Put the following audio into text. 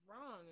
wrong